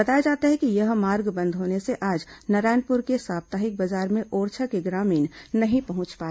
बताया जाता है कि यह मार्ग बंद होने से आज नारायणपुर के साप्ताहिक बाजार में ओरछा के ग्रामीण नहीं पहुंच पाए